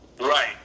Right